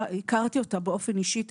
הכרתי את הילדה באופן אישי.